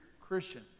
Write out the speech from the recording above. Christian